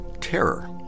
terror